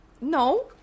No